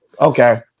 Okay